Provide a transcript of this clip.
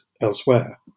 elsewhere